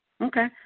okay